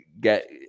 get